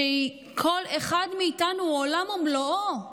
שכל אחד מאיתנו הוא עולם ומלואו.